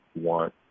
want